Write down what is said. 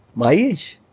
my age?